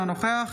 אינו נוכח